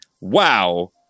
Wow